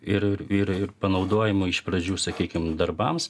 ir ir ir panaudojimui iš pradžių sakykim darbams